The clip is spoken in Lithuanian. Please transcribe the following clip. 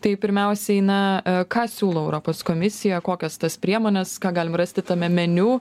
tai pirmiausiai na e ką siūlo europos komisija kokias tas priemones ką galim rasti tame meniu